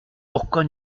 pourquoi